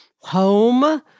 Home